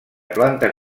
planta